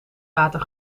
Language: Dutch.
water